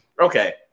Okay